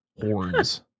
horns